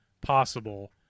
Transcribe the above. possible